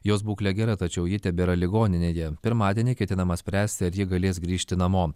jos būklė gera tačiau ji tebėra ligoninėje pirmadienį ketinama spręsti ar ji galės grįžti namo